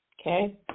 okay